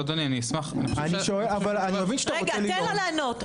תן לו לענות.